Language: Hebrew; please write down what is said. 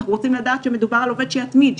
אנחנו רוצים לדעת שמדובר בעובד שיתמיד,